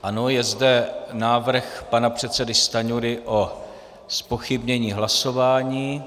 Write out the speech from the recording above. Ano, je zde návrh pana předsedy Stanjury o zpochybnění hlasování.